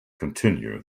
continue